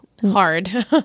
Hard